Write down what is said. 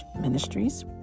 Ministries